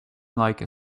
like